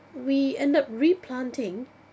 we end up replanting